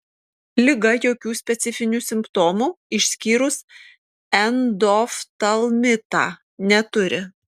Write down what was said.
liga jokių specifinių simptomų išskyrus endoftalmitą neturi